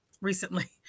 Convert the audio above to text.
recently